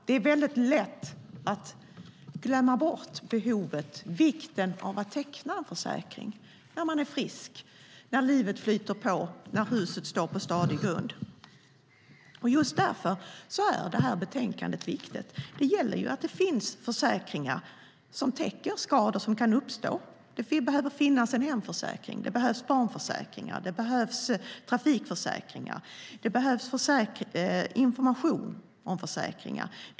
Det är väldigt lätt att glömma bort behovet och vikten av att teckna en försäkring när man är frisk, när livet flyter på och när huset står på stadig grund. Just därför är det här betänkandet viktigt. Det gäller att det finns försäkringar som täcker skador som kan uppstå. Det behövs hemförsäkringar, barnförsäkringar och trafikförsäkringar. Det behövs information om försäkringar.